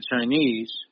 Chinese